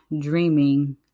dreaming